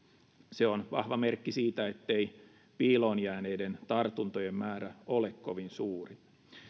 se on vahva merkki siitä ettei piiloon jääneiden tartuntojen määrä ole kovin suuri